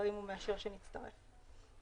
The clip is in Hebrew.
מאשר שנצטרף.